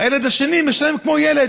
והילד השני משלם כמו ילד,